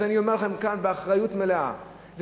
אני אומר לכם כאן באחריות מלאה: זה